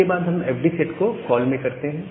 इसके बाद हम एफडी सेट को कॉल में करते हैं